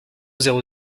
zéro